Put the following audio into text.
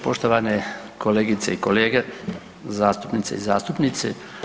Poštovane kolegice i kolege zastupnice i zastupnici.